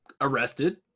arrested